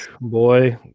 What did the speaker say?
boy